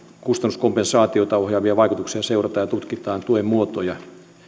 kustannuskompensaatiota ohjaavia vaikutuksia seurataan ja tutkitaan tuen muotoja ja niin